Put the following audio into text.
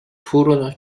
furono